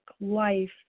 life